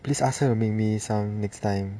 please ask her to make me some next time